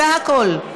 זה הכול.